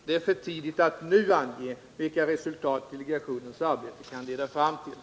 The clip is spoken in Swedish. Det är för tidigt att nu ange vilka resultat delegationens arbete kan leda fram till.